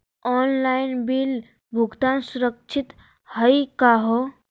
Online bill भुगतान सुरक्षित हई का हो?